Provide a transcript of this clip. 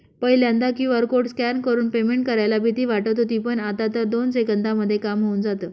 पहिल्यांदा QR code scan करून payment करायला भीती वाटत होती पण, आता तर दोन सेकंदांमध्ये काम होऊन जातं